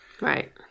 Right